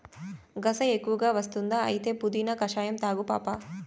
గస ఎక్కువ వస్తుందా అయితే పుదీనా కషాయం తాగు పాపా